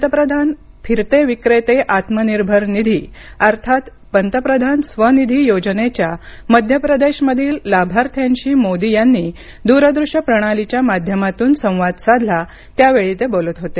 पंतप्रधान फिरते विक्रेते आत्मनिर्भर निधी अर्थात पंतप्रधान स्वनिधी योजनेच्या मध्य प्रदेशमधील लाभार्थ्यांशी मोदी यांनी द्रदूश्य प्रणालीच्या माध्यमातून संवाद साधला त्यावेळी ते बोलत होते